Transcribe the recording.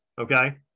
okay